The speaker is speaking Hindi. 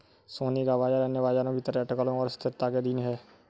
सोने का बाजार अन्य बाजारों की तरह अटकलों और अस्थिरता के अधीन है